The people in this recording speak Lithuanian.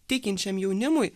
tikinčiam jaunimui